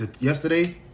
yesterday